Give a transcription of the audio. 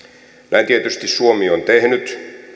näin tietysti suomi on tehnyt